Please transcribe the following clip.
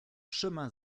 chemin